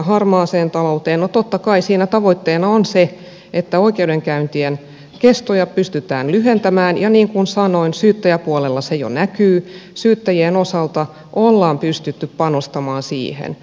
totta kai siinä tavoitteena on se että oikeudenkäyntien kestoa pystytään lyhentämään ja niin kuin sanoin syyttäjäpuolella se jo näkyy syyttäjien osalta on pystytty panostamaan siihen